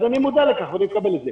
אז אני מודע לכך ואני מקבל את זה.